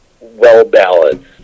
well-balanced